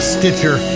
Stitcher